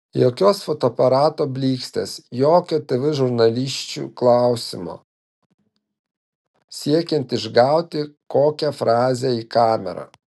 jokios fotoaparato blykstės jokio tv žurnalisčių klausimo siekiant išgauti kokią frazę į kamerą